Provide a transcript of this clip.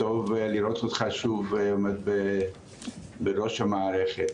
טוב לראות אותך שוב בראש המערכת.